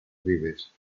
ribes